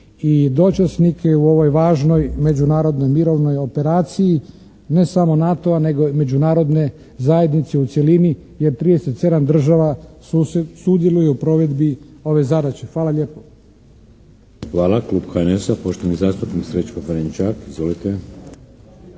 i dočasnike u ovoj važnoj međunarodnoj mirovnoj operaciji, ne samo NATO-a nego i međunarodne zajednice u cjelini, jer 37 država sudjeluje u provedbi ove zadaće. Hvala lijepo. **Šeks, Vladimir (HDZ)** Hvala. Klub HNS-a, poštovani zastupnik Srećko Ferenčak. Izvolite!